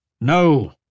No